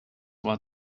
while